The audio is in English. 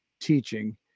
teaching